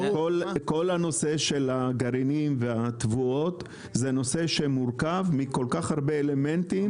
כל הנושא של הגרעינים והתבואות זה נושא שמורכב מכל כך הרבה אלמנטים,